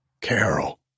Carol